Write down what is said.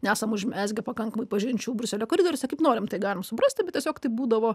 nesam užmezgę pakankamai pažinčių briuselio koridoriuose kaip norime tai galime suprasti tiesiog tai būdavo